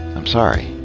i'm sorry,